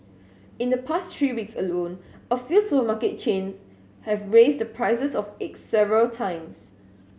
in the past three weeks alone a few supermarket chain have raised the prices of eggs several times